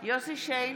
יוסף שיין,